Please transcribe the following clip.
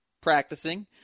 practicing